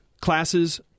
Classes